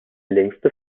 längste